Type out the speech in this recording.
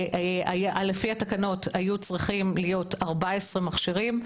לפי התקנות היו צריכים להיות 14 מכשירים,